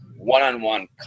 one-on-one